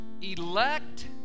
elect